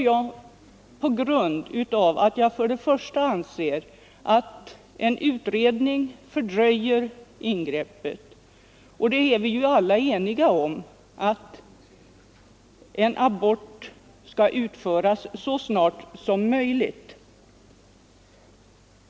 Jag anser för det första att en utredning fördröjer ingreppet, och vi är ju alla eniga om att en abort skall utföras så tidigt som möjligt.